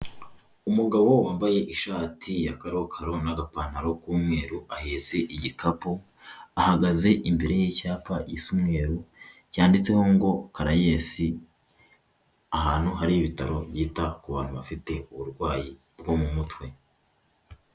Umugabo wambaye ishati ya karokaro n'agapantaro k'umweru ahetse igikapu, ahagaze imbere y'icyapa gisa umweru cyanditseho ngo CARAES, ahantu hari ibitabo byita ku bantu bafite uburwayi bwo mu mutwe.